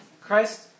Christ